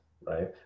right